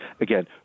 again